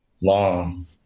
long